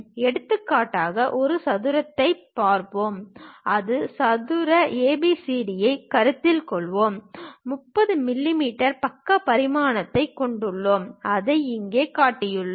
எடுத்துக்காட்டாக ஒரு சதுரத்தைப் பார்ப்போம் ஒரு சதுர ஏபிசிடியைக் கருத்தில் கொள்வோம் 30 மிமீ பக்க பரிமாணத்தைக் கொண்டுள்ளோம் அதை இங்கே காட்டியுள்ளோம்